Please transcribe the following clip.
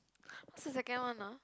what's the second one ah